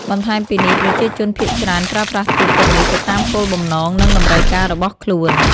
បន្ថែមពីនេះ ប្រជាជនភាគច្រើនប្រើប្រាស់ទូកទាំងនេះទៅតាមគោលបំណង និងតម្រូវការរបស់ខ្លួន។